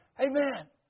Amen